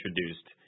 introduced